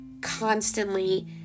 constantly